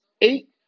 eight